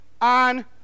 on